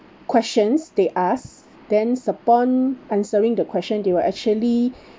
questions they ask then s~ upon answering the question they will actually